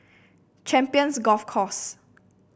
Champions Golf Course